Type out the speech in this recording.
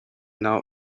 now